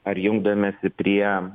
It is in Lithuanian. ar jungdamiesi prie